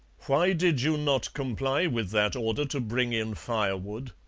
why did you not comply with that order to bring in firewood?